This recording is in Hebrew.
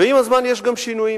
עם הזמן יש גם שינויים,